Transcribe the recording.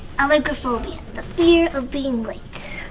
allegrophobia, the fear of being late.